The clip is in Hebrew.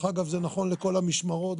וזה נכון לכל המשמרות,